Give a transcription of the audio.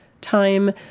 time